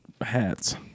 hats